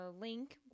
link